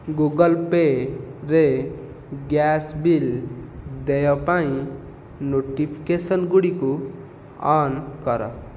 Google ପେ'ରେ gas bill ଦେୟ ପାଇଁ ନୋଟିଫିକେସନ୍ଗୁଡ଼ିକୁ ଅନ୍ କର